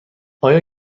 آیا